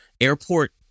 Airport